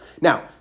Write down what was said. Now